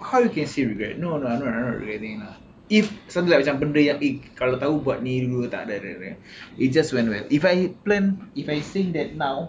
how you can say regret no no no no not not really lah if something like macam benda yang eh kalau tahu buat ni takde takde it just went well if I plan if I say that now